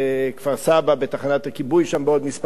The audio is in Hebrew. בכפר-סבא, בתחנת הכיבוי שם, בעוד כמה ימים.